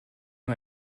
nur